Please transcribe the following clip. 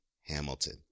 Hamilton